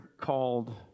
called